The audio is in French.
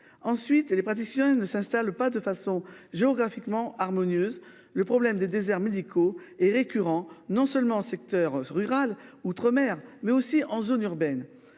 Ensuite les praticiens ne s'installe pas de façon géographiquement harmonieuse, le problème des déserts médicaux et récurrent non seulement secteur rural outre-mer mais aussi en zone urbaine.